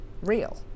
real